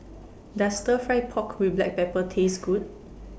Does Stir Fry Pork with Black Pepper Taste Good